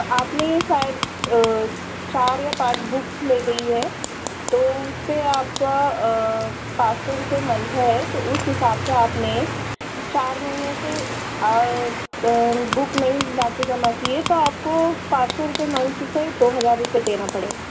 आपने शायद चार या पाँच बुक्स ले गई है तो उस पर आप पाँच सौ रुपये मंथ है तो उस हिसाब से आपने चार महीने से बुक नहीं लाकर जमा की है तो आपको पाँच सौ रुपये मंथ से दो हज़ार रुपये देना पड़े